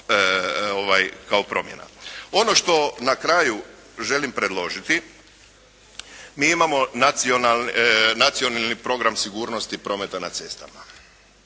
kao promjena. Ono što na kraju želim predložiti, mi imamo Nacionalni program sigurnosti prometa na cestama